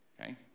Okay